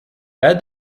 add